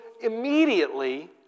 immediately